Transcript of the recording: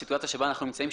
בסיטואציה שבה אנחנו נמצאים,